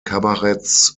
kabaretts